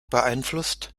beeinflusst